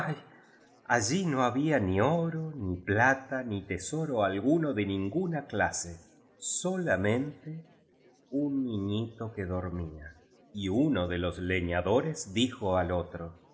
allí no había ni oro ni plata ni tesoro alguno de ninguna clase solamente un niñito que dormía y uno de los leñadores dijo al otro